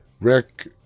Rick